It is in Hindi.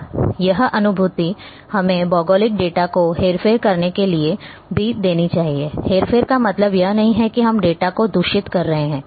अब यह अनुभूति हमें भौगोलिक डाटा को हेरफेर करने के लिए भी देनी चाहिए हेरफेर का मतलब यह नहीं है कि हम डेटा को दूषित कर रहे हैं